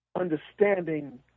understanding